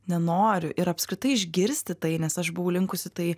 nenoriu ir apskritai išgirsti tai nes aš buvau linkusi tai